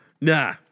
Nah